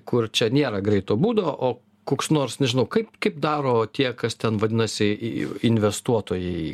kur čia nėra greito būdo o koks nors nežinau kaip kaip daro tie kas ten vadinasi investuotojai